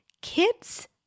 Kids